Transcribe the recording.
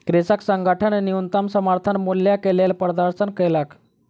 कृषक संगठन न्यूनतम समर्थन मूल्य के लेल प्रदर्शन केलक